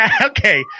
Okay